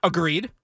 Agreed